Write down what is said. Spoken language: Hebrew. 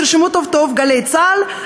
תרשמו טוב-טוב: "גלי צה"ל",